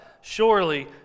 surely